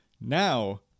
Now